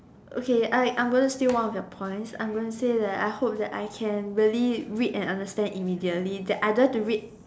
okay I I'm gonna steal one of your points I'm gonna say that I hope that I can really read and understand immediately that I don't have to read